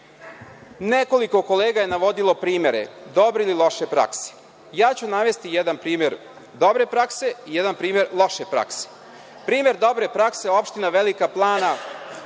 stoje. Nekoliko kolega je navodilo primere dobre ili loše prakse. Ja ću navesti jedan primer dobre prakse i jedan primer loše prakse. Primer dobre prakse je opština Velika Plana